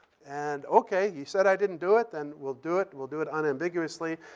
and, okay, he said i didn't do it? then we'll do it. we'll do it unambiguously.